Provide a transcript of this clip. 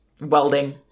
welding